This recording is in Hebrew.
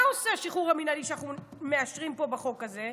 ומה עושה השחרור המינהלי שאנחנו מאשרים פה בחוק הזה?